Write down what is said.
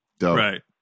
Right